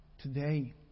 today